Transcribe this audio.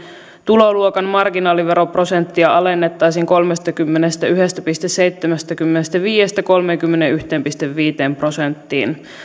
tuloluokan marginaaliveroprosenttia alennettaisiin kolmestakymmenestäyhdestä pilkku seitsemästäkymmenestäviidestä kolmeenkymmeneenyhteen pilkku viiteen prosenttiin